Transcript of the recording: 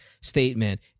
statement